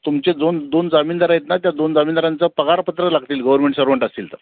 तुमचे दोन दोन जामीनदार आहेत ना त्या दोन जामीनदारांचं पगारपत्र लागतील गव्हर्मेंट सर्वंट असतील तर